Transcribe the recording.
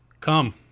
come